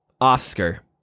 Oscar